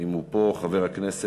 אם הוא פה, חבר הכנסת